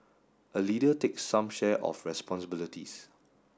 a leader takes some share of responsibilities